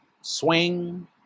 Swing